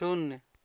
शून्य